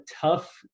tough